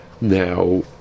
Now